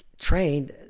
trained